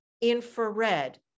infrared